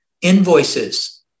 Invoices